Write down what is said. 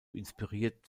inspiriert